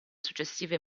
successive